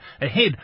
ahead